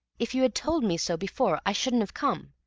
if you had told me so before i shouldn't have come.